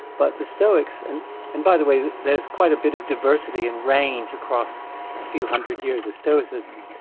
but the stoics, and and by the way, there's quite a bit of diversity and range across a few hundred years of stoicism,